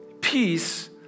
peace